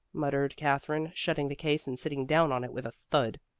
muttered katherine, shutting the case and sitting down on it with a thud.